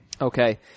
Okay